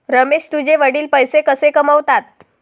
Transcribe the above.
रमेश तुझे वडील पैसे कसे कमावतात?